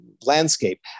landscape